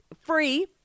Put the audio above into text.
free